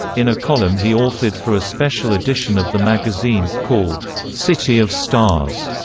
in a column he authored for a special edition of the magazine, called city of stars,